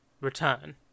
return